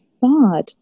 thought